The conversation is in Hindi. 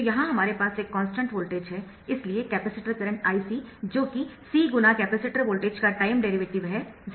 तो यहां हमारे पास एक कॉन्स्टन्ट वोल्टेज है इसलिए कैपेसिटर करंट Ic जो कि C × कैपेसिटर वोल्टेज का टाइम डेरीवेटिव है 0 होगा